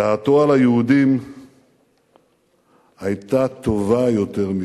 'דעתו על היהודים היתה טובה יותר מדי!'"